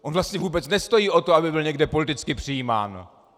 On vlastně vůbec nestojí o to, aby byl někde politicky přijímán.